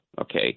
okay